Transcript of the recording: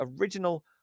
original